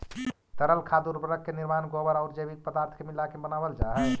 तरल खाद उर्वरक के निर्माण गोबर औउर जैविक पदार्थ के मिलाके बनावल जा हई